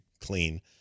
clean